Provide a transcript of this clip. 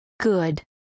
Good